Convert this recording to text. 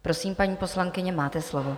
Prosím, paní poslankyně, máte slovo.